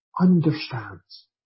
understands